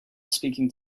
speaking